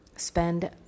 Spend